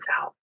out